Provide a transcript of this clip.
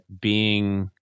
being-